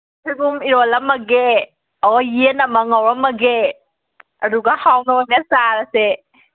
ꯁꯣꯏꯕꯨꯝ ꯏꯔꯣꯟꯂꯝꯃꯒꯦ ꯍꯣꯏ ꯌꯦꯟ ꯑꯃ ꯉꯧꯔꯝꯃꯒꯦ ꯑꯗꯨꯒ ꯍꯥꯎꯅ ꯑꯣꯏꯅ ꯆꯥꯔꯁꯦ